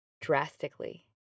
drastically